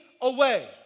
away